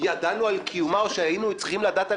ידענו על קיומה או שהיינו צריכים לדעת על